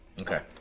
Okay